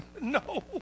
No